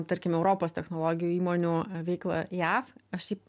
tarkim europos technologijų įmonių veiklą jav aš šiaip